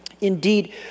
Indeed